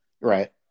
right